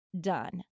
done